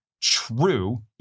true